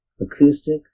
acoustic